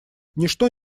ничто